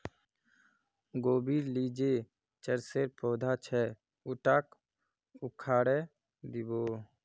गोबीर ली जे चरसेर पौधा छ उटाक उखाड़इ दी बो